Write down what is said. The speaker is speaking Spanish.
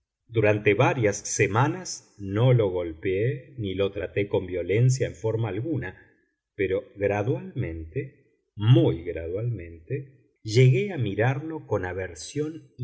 durante varias semanas no lo golpeé ni lo traté con violencia en forma alguna pero gradualmente muy gradualmente llegué a mirarlo con aversión